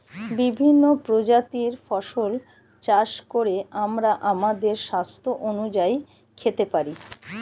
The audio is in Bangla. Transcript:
বিভিন্ন প্রজাতির ফসল চাষ করে আমরা আমাদের স্বাস্থ্য অনুযায়ী খেতে পারি